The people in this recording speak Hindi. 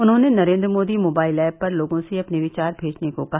उन्होंने नरेन्द्र मोदी मोबाइल ऐप पर लोगों से अपने विचार भेजने को कहा